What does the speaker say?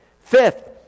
Fifth